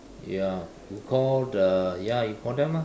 ya you call the ya you call them ah